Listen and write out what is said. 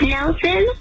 Nelson